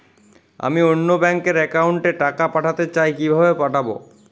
আমি অন্য ব্যাংক র অ্যাকাউন্ট এ টাকা পাঠাতে চাই কিভাবে পাঠাবো?